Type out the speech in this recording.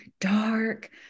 dark